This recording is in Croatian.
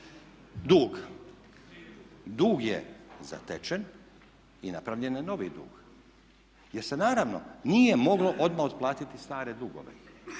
Dug, dug je zatečen i napravljen je novi dug jer se naravno nije moglo odmah otplatiti stare dugove.